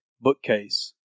bookcase